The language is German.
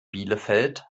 bielefeld